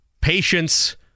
patience